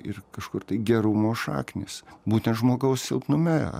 ir kažkur tai gerumo šaknys būtent žmogaus silpnume